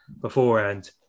beforehand